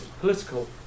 political